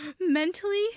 Mentally